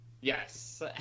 Yes